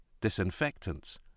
Disinfectants